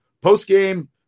post-game